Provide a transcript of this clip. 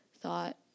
thought